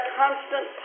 constant